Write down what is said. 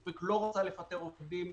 "דובק" לא רוצה לפטר עובדים.